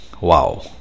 Wow